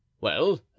Well